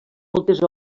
moltes